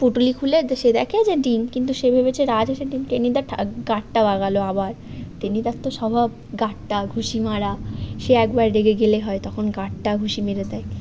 পুঁটুলি খুলে দ্ সে দেখে যে ডিম কিন্তু সে ভেবেছে রাজহাঁসের ডিম টেনিদা ঠা গাঁট্টা বাগাল আবার টেনিদার তো স্বভাব গাঁট্টা ঘুসি মারা সে একবার রেগে গেলে হয় তখন গাঁট্টা ঘুসি মেরে দেয়